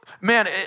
man